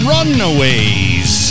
Runaways